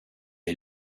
est